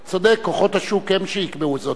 צודק, כוחות השוק הם שיקבעו זאת.